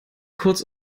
kurz